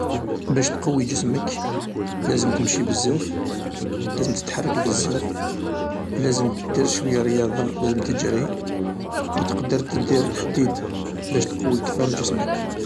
باش تقوي جسمك لازم تمشي بزاف، لازم تتحرك بزاف، لازم تدير شويا رياضة لازم تجري، و تقدر اتدير لحديد باش تقوي أكثر جسمك.